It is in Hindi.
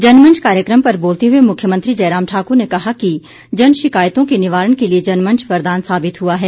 जनमंच कार्यक्रम पर बोलते हुए मुख्यमंत्री जयराम ठाकुर ने कहा कि जन शिकायतों के निवारण के लिए जनमंच वरदान साबित हुआ है